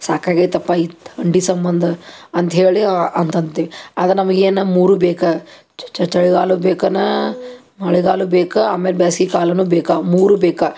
ಸಾಕಾಗೈತಪ್ಪ ಈ ಅಂಟಿ ಸಂಬಂಧ ಅಂತ ಹೇಳಿ ಅಂತಂತೀವಿ ಅದು ನಮ್ಗೆ ಏನು ಮೂರೂ ಬೇಕು ಚಳಿಗಾಲ ಬೇಕನ ಮಳೆಗಾಲ ಬೇಕು ಆಮೇಲೆ ಬ್ಯಾಸ್ಗೆಕಾಲನೂ ಬೇಕು ಅವು ಮೂರೂ ಬೇಕು